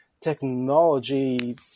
technology